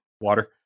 water